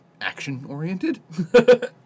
action-oriented